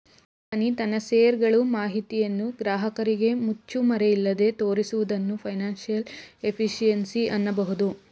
company ತನ್ನ share ಗಳು ಮಾಹಿತಿಯನ್ನು ಗ್ರಾಹಕರಿಗೆ ಮುಚ್ಚುಮರೆಯಿಲ್ಲದೆ ತೋರಿಸುವುದನ್ನು ಫೈನಾನ್ಸಿಯಲ್ ಎಫಿಷಿಯನ್ಸಿ ಅನ್ನಬಹುದು